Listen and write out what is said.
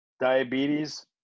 diabetes